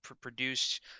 produced